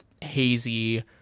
hazy